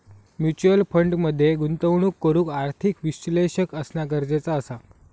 mutual fund मध्ये गुंतवणूक करूक आर्थिक विश्लेषक असना गरजेचा असा